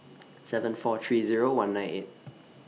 seven four three Zero one nine eight